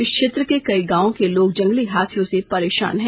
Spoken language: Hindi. इस क्षेत्र के कई गांवों के लोग जंगली हाथियों से परेशान हैं